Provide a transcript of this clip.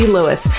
Lewis